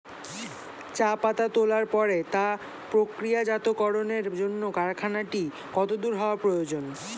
চা পাতা তোলার পরে তা প্রক্রিয়াজাতকরণের জন্য কারখানাটি কত দূর হওয়ার প্রয়োজন?